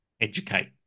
educate